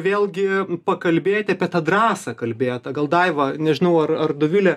vėlgi pakalbėt apie tą drąsą kalbėtą gal daiva nežinau ar ar dovilė